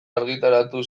argitaratu